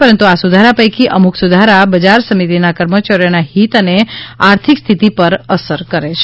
પરંતુ આ સુધારા પૈકી અમુક સુધારા બજાર સમિતિના કર્મચારીઓના હિત અને આર્થિક સ્થિતિ પર અસર કરે છિ